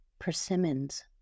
persimmons